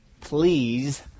Please